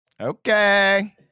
Okay